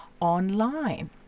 online